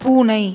பூனை